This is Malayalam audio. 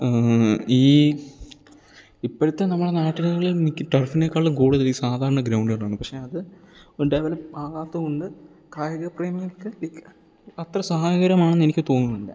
ഈ ഇപ്പോഴത്തെ നമ്മളെ നാട്ടുകളിൽ എനിക്ക് ടർഫിനേക്കാളും കൂടുതൽ ഈ സാധാരണ ഗ്രൗണ്ടുകളാണ് പക്ഷെ അത് ഡെവലപ്പ് ആകാത്തതുകൊണ്ട് കായികപ്രേമികൾക്ക് ലൈക്ക് അത്ര സഹായകരമാണെന്ന് എനിക്ക് തോന്നുന്നില്ല